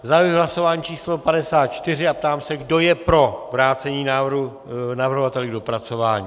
Zahajuji hlasování číslo 54 a ptám se, kdo je pro vrácení návrhu navrhovateli k dopracování.